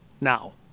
Now